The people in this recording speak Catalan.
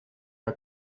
era